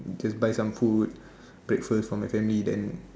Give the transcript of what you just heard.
just buy some food breakfast for my family then